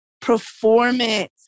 performance